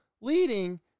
leading